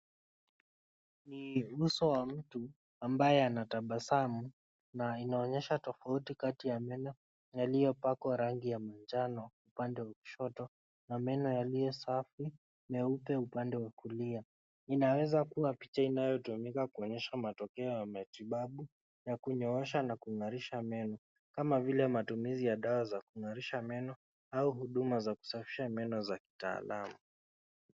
Ni uso ya mtu ambaye ana tabasamu ina inaonyesha tofauti kati ya meno yalio pakwa rangi ya manjano upande wa kushoto na meno yalio safi, meupe upande wa kulia. Inaweza kuwa picha inayotumika kuonyesha matokeo ya matibabu yakuosha na kung'arisha meno kama vile matumizi ya dawa za kung'arisha meno au huduma za kusafisha meno za kitaalamu.